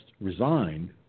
resigned